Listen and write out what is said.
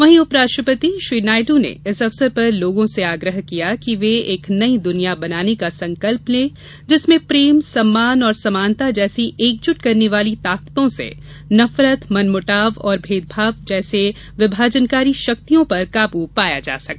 वहीं उप राष्ट्रपति श्री नायडू ने इस अवसर पर लोगों से आग्रह किया कि वे एक नई दुनिया बनाने का संकल्प लें जिसमें प्रेम सम्मान और समानता जैसी एकजूट करने वाली ताकतों से नफरत मनमुटाव और भेदभाव जैसी विभाजनकारी शक्तियों पर काबू पाया जा सके